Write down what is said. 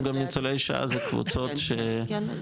גם ניצולי שואה זה קבוצות ש- כן,